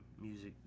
music